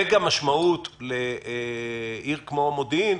וגם מה המשמעות לעיר כמו מודיעין,